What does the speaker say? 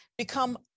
become